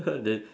they